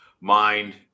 mind